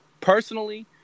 personally